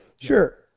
Sure